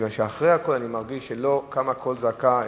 מפני שאחרי הכול אני מרגיש שלא קם קול זעקה,